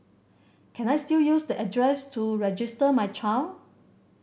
can I still use the address to register my child